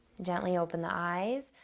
gently open the eyes.